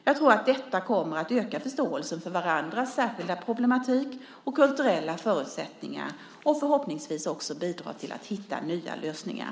Jag tror att detta kommer att öka förståelsen för varandras särskilda problematik och kulturella förutsättningar och förhoppningsvis också bidra till att hitta nya lösningar.